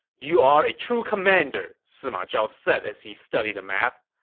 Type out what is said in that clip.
you are a true commander! sima zhao said as he studied the map.